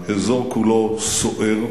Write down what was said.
האזור כולו סוער,